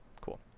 cool